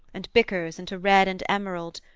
and bickers into red and emerald,